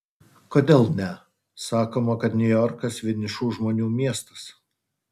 kodėl ne sakoma kad niujorkas vienišų žmonių miestas